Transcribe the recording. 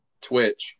Twitch